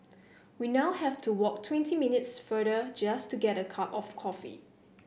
we now have to walk twenty minutes farther just to get a cup of coffee